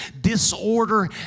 disorder